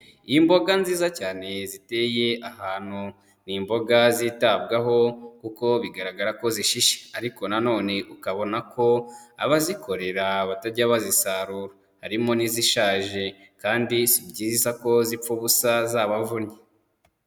Imboga nziza cyane ziteye ahantu, ni imboga zitabwaho kuko bigaragara ko zishishye ariko nanone ukabona ko abazikorera batajya bazisarura, harimo n'izishaje kandi si byiza ko zipfa ubusa zabavunnye.